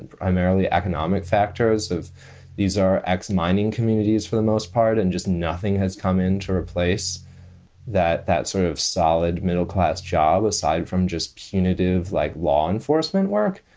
and primarily economic factors of these are ex mining communities for the most part. and just nothing has come into a place that that sort of solid middle class job aside from just punitive like law enforcement work.